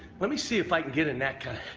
let me see if i can get in that kind,